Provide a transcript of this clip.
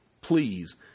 please